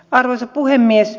arvoisa puhemies